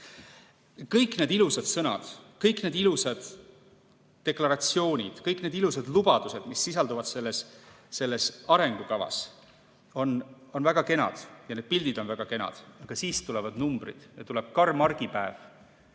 Kõik need ilusad sõnad, kõik need ilusad deklaratsioonid, kõik need ilusad lubadused, mis sisalduvad selles arengukavas, on väga kenad ja need pildid on väga kenad. Aga siis tulevad numbrid, tuleb karm argipäev.